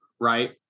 right